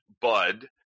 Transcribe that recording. bud